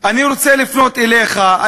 אני רוצה לפנות אליך,